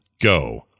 go